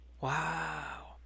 Wow